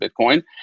Bitcoin